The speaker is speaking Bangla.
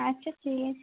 আচ্ছা ঠিক আছে